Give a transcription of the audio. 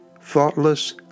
thoughtless